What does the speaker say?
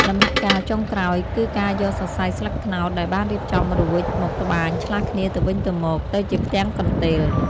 ដំណាក់កាលចុងក្រោយ គឺការយកសរសៃស្លឹកត្នោតដែលបានរៀបចំរួច មក ត្បាញឆ្លាស់គ្នាទៅវិញទៅមក ទៅជាផ្ទាំងកន្ទេល។